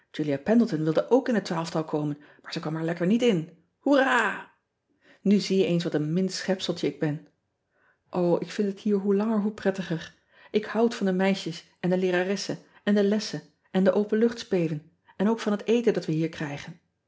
ulia endleton wilde ook in het twaalftal komen maar ze kwam er lekker niet in oera u zie je eens wat een min schepseltje ik ben ik vind het het hoe langer hoe prettiger k houd van de meisjes en de leeraressen en de lessen en de openluchtspelen en ook van het eten dat we hier krijgen